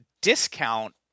discount